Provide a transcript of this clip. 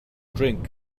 drink